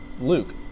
Luke